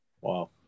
Wow